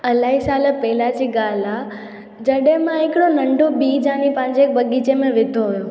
इलाही साल पहिला जी ॻाल्हि आहे जॾहिं मां हिकिड़ो नंढो बीज आणे पंहिंजे हिकु बग़ीचे में विधो हुयो